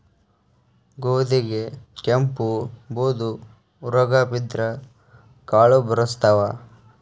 ಗೋಧಿಗೆ ಕೆಂಪು, ಬೂದು ರೋಗಾ ಬಿದ್ದ್ರ ಕಾಳು ಬರ್ಸತಾವ